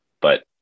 but-